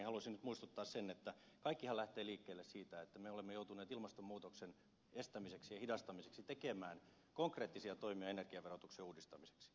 haluaisin muistuttaa että kaikkihan lähtee liikkeelle siitä että me olemme joutuneet ilmastonmuutoksen estämiseksi ja hidastamiseksi tekemään konkreettisia toimia energiaverotuksen uudistamiseksi